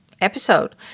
episode